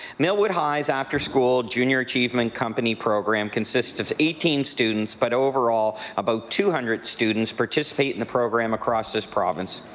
mill woodland high after school junior achievement company program consists of eighteen students but overall about two hundred students participate in the program across this province.